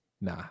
nah